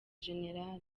gen